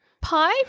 Pie